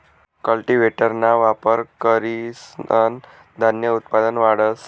कल्टीव्हेटरना वापर करीसन धान्य उत्पादन वाढस